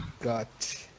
got